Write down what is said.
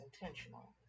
intentional